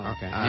Okay